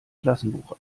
klassenbuch